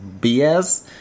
bs